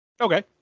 Okay